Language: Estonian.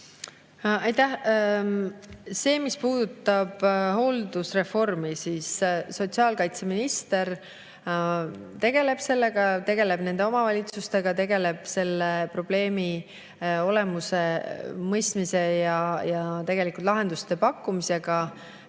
Mis puudutab hooldusreformi, siis sotsiaalkaitseminister tegeleb sellega – tema tegeleb nende omavalitsustega, ta tegeleb selle probleemi olemuse mõistmise ja lahenduste pakkumisega.